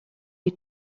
you